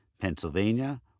Pennsylvania